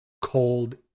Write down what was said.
cold